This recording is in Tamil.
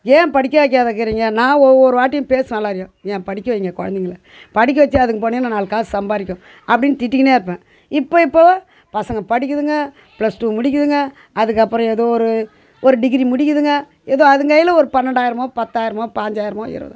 ஏன் படிக்க வைக்காத இருக்குறீங்க நான் ஒவ்வொரு வாட்டியும் பேசுவேன் எல்லாரையும் ஏன் படிக்க வைங்க குழந்தைங்கள படிக்க வச்சா அதுங்க பாட்டுன்னு நாலு காசு சம்பாதிக்கும் அப்படின்னு திட்டிக்கின்னே இருப்பேன் இப்போ இப்போ பசங்க படிக்கிதுங்க ப்ளஸ் டூ முடிக்குதுங்க அதுக்கப்புறம் ஏதோ ஒரு ஒரு டிகிரி முடிக்குதுங்க ஏதோ அதுங்க கையில் ஒரு பன்னெண்டாயிரமோ பத்தாயிரமோ பாஞ்சாயிரமோ இருபதாயிரமோ